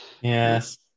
yes